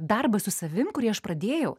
darbas su savim kurį aš pradėjau